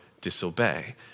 disobey